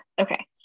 Okay